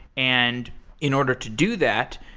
and in order to do that,